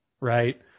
right